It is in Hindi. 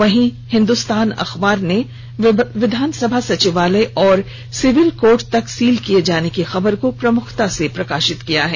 वहीं हिन्दुस्तान अखबार ने विधानसभा सचिवालय और सिविल कोर्ट तक सील किए जाने की खबर को प्रमुखता से प्रकाशित किया है